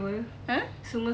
!huh!